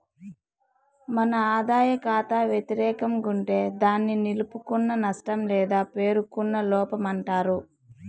మన ఆదాయ కాతా వెతిరేకం గుంటే దాన్ని నిలుపుకున్న నష్టం లేదా పేరుకున్న లోపమంటారు